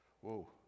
Whoa